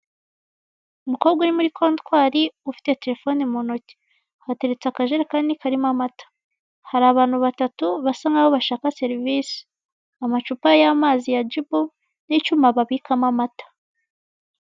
Umukobwa uri muri kontwari ufite telefone mu ntoki hateretse akajerekani karimo amata, hari abantu batatu basa nkaho bashaka serivise, amacupa y'amazi ya jibu n'icyuma babikamo amata.